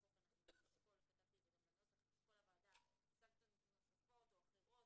החוק תשקול הוועדה סנקציות נוספות או אחרות,